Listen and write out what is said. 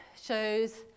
shows